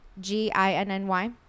G-I-N-N-Y